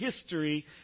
history